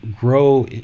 grow